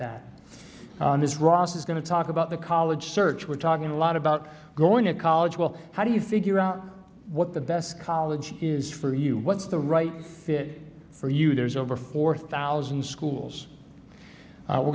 that this ross is going to talk about the college search we're talking a lot about going to college well how do you figure out what the best college is for you what's the right fit for you there's over four thousand schools we're